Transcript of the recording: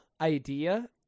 idea